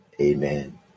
Amen